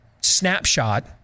snapshot